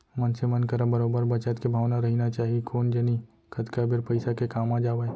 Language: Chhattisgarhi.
मनसे मन करा बरोबर बचत के भावना रहिना चाही कोन जनी कतका बेर पइसा के काम आ जावय